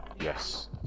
Yes